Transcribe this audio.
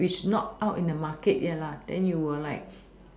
which not out in the Market yet then you will like